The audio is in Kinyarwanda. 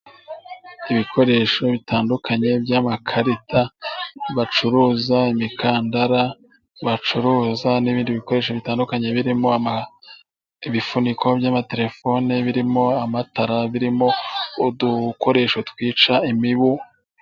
Ibikoresho bitandukanye by'amakarita bacuruza imikandara, bacuruza n'ibindi bikoresho bitandukanye birimo ibifuniko by'amaterefone, birimo amatara, birimo udukoresho twica imibu.